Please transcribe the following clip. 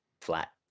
flat